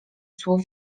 słów